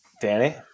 Danny